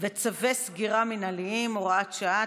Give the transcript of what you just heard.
וצווי סגירה מינהליים) (הוראת שעה),